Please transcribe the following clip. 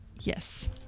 Yes